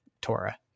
Torah